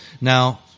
Now